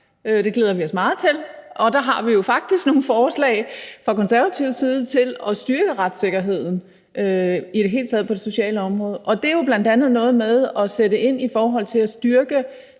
Det glæder vi os meget til, og der har vi jo faktisk nogle forslag fra Konservatives side til at styrke retssikkerheden på det sociale område i det hele taget. Det er jo bl.a. noget med at sætte ind i forhold til at styrke